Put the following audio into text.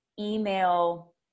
email